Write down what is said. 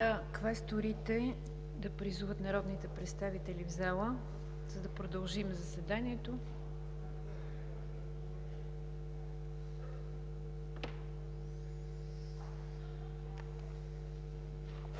квесторите да призоват народните представители в залата, за да продължим заседанието.